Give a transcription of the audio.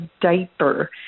diaper